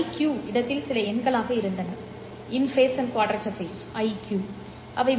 Q இடத்தில் சில எண்களாக இருந்தன அவை பி